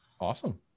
awesome